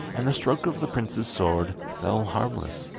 and the stroke of the prince's sword fell harmless.